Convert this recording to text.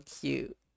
cute